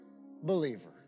believer